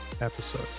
episode